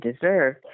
deserve